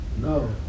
No